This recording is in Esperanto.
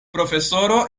profesoro